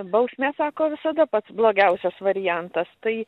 bausmė sako visada pats blogiausias variantas tai